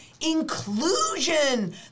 inclusion